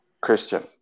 Christian